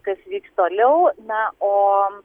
kas vyks toliau na o